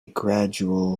gradual